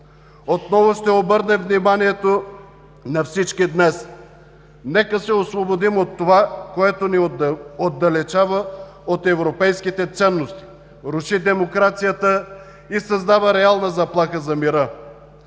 Отново ще обърнем вниманието на всички днес: нека се освободим от това, което ни отдалечава от европейските ценности, руши демокрацията и създава реална заплаха за мира.